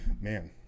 man